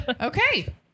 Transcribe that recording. okay